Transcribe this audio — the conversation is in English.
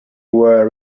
were